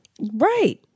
Right